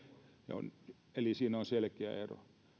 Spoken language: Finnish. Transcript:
eli siinä on selkeä ero